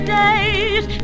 days